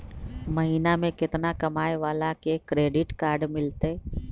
महीना में केतना कमाय वाला के क्रेडिट कार्ड मिलतै?